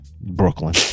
Brooklyn